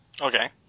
Okay